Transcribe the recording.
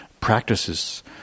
practices